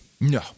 No